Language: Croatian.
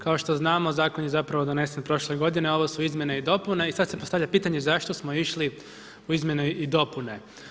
Kao što znamo zakon je zapravo donesen prošle godine, a ovo su izmjene i dopune i sad se postavlja pitanje zašto smo išli u izmjene i dopune?